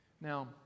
Now